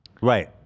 right